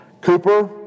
Cooper